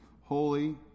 holy